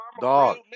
Dog